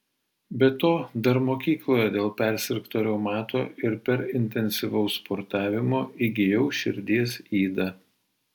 be to dar mokykloje dėl persirgto reumato ir per intensyvaus sportavimo įgijau širdies ydą